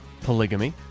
polygamy